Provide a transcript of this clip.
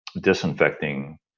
disinfecting